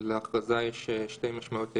להכרזה יש שתי משמעויות עיקריות: